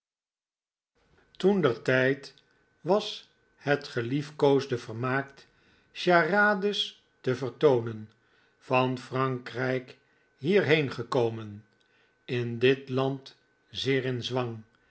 kreeg toentertijd was het geliefkoosde vermaak charades te vertoonen van frankrijk hierheen gekomen in dit land zeer in zwang